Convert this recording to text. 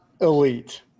elite